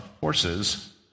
horses